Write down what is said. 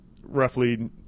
roughly